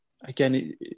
again